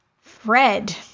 Fred